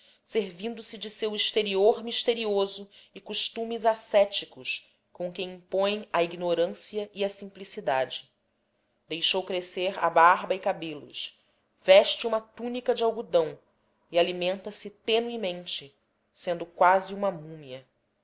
populares servindo-se de seu exterior misterioso e costumes ascéticos com que impõe à ignorância e à simplicidade deixou crescer a barba e cabelos veste uma túnica de algodão e alimenta se tenuemente sendo quase uma múmia